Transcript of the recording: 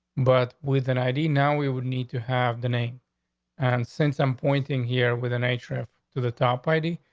but with an id now, we would need to have the name and send some pointing here within a trip to the top id.